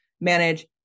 manage